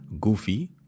Goofy